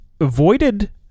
avoided